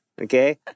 okay